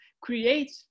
create